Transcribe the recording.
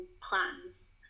plans